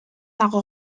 dago